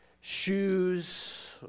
shoes